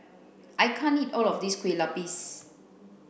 I can't eat all of this Kueh Lapis